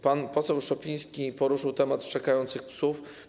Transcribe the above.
Pan poseł Szopiński poruszył temat szczekających psów.